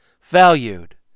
Valued